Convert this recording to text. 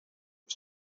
was